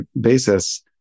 basis